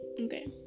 Okay